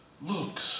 looks